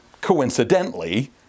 coincidentally